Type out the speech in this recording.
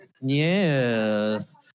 Yes